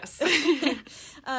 yes